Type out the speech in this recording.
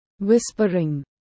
Whispering